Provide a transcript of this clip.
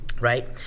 Right